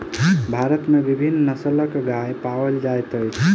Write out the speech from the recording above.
भारत में विभिन्न नस्लक गाय पाओल जाइत अछि